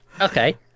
Okay